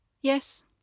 Yes